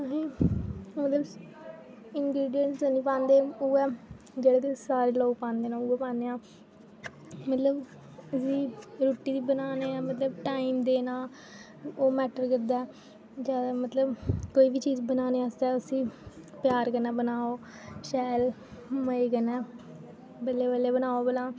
अस मतलब इनग्रेडिएंट्स जेह्ड़े पांदे न उ'ऐ जेह्ड़े सारे लोग पांदे न उ'ऐ पाने आं मतलब रुट्टी बी बनाने आं मतलब टाइम देना ओह् मैटर करदा ते मतलब कोई बी चीज बनाने आस्तै उसी प्यार कन्नै बनाओ शैल मजे कन्नै बल्लें बल्लें बनाओ भला